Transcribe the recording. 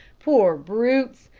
poor brutes,